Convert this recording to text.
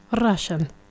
Russian